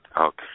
Okay